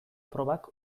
probak